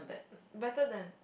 better than